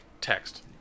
text